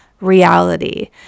reality